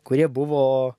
kurie buvo